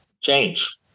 change